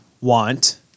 want